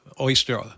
oyster